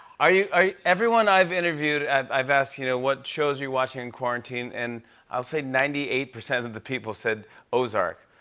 everyone i've interviewed i've i've asked you know what shows you're watching in quarantine, and i'll say ninety eight percent of the people said ozark.